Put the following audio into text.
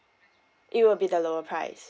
it will be the lower price